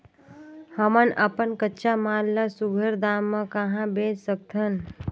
हमन अपन कच्चा माल ल सुघ्घर दाम म कहा बेच सकथन?